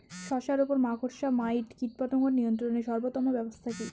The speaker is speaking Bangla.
শশার উপর মাকড়সা মাইট কীটপতঙ্গ নিয়ন্ত্রণের সর্বোত্তম ব্যবস্থা কি?